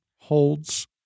holds